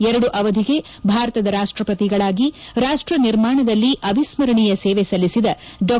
ಎರಡು ಅವಧಿಗೆ ಭಾರತದ ರಾಷ್ಟಪತಿಗಳಾಗಿ ರಾಷ್ಟ ನಿರ್ಮಾಣದಲ್ಲಿ ಅವಿಸ್ದರಣೀಯ ಸೇವೆ ಸಲ್ಲಿಸಿದ ಡಾ